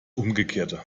umgekehrte